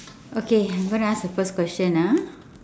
okay I'm gonna ask the first question ah